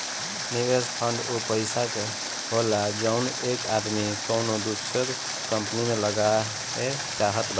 निवेस फ़ंड ऊ पइसा होला जउन एक आदमी कउनो दूसर की कंपनी मे लगाए चाहत बाटे